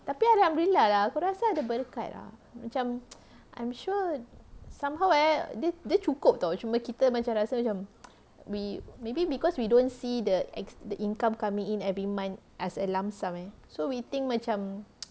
tapi alhamdulillah lah aku rasa ada berkat lah macam I'm sure somehow eh dia dia cukup [tau] cuma kita macam rasa macam we maybe because we don't see the ex~ the income coming in every month as a lump sum eh so we think macam